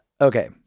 Okay